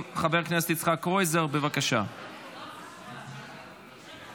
עברה בקריאה טרומית ותועבר לדיון בוועדת הכלכלה.